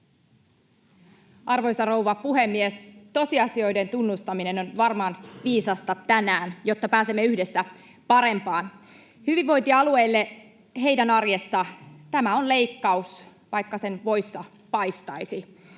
Arvoisa rouva puhemies! Tosiasioiden tunnustaminen on varmaan viisasta tänään, jotta pääsemme yhdessä parempaan. Hyvinvointialueille, heidän arjessaan, tämä on leikkaus, vaikka sen voissa paistaisi.